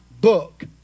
book